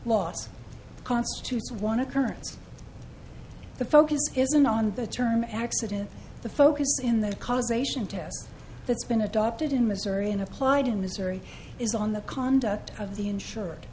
last constitutes one occurrence the focus isn't on the term accident the focus in their cause ation task that's been adopted in missouri and applied in missouri is on the conduct of the insured